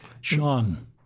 Sean